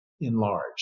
enlarged